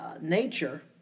nature